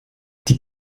die